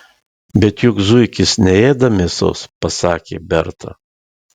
bet juk zuikis neėda mėsos pasakė berta